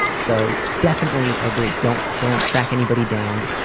so definitely i agree don't don't track anybody down.